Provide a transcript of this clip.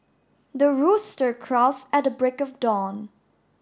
the rooster crows at the break of dawn